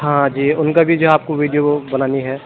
ہاں جی اُن کا بھی جو ہے آپ کو ویڈیو بنانی ہے